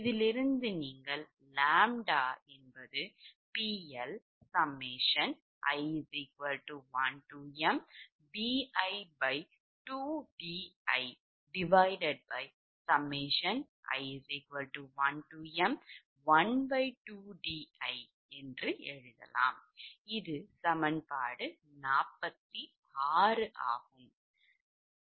இதிலிருந்து நீங்கள் ʎPLi1mbi2dii1m12di எழுதலாம்